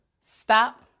stop